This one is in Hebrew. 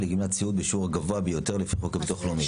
ולגמלת סיעוד בשיעור הגבוה ביותר לפי חוק הביטוח הלאומי.